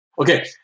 okay